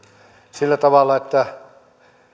sillä tavalla että